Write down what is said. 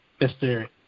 Mr